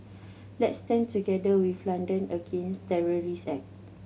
let's stand together with London against terrorist act